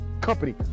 company